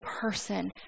person